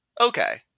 Okay